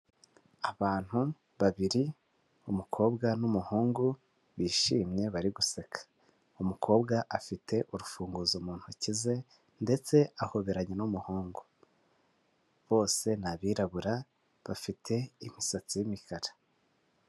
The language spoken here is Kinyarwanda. Abantu babiri, umukobwa n'umuhungu bishimye bari guseka, umukobwa afite urufunguzo mu ntoki ze ndetse ahoberanye n'umuhungu. Bose ni abirabura bafite imisatsi y'imikara.